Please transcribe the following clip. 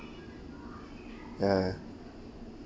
ya